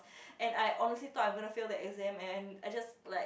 and I honestly thought I was going to fail that exam and I just like